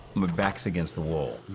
my back's against the wall,